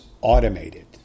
automated